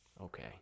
Okay